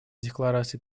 декларации